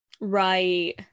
right